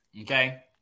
okay